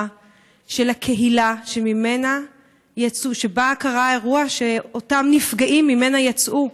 של הקהילה שבה קרה האירוע שאותם נפגעים יצאו ממנה.